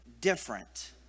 different